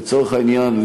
לצורך העניין,